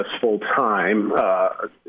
full-time